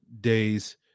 days